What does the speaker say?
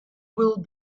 will